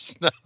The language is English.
no